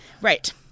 Right